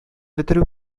бетерү